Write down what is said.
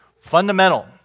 fundamental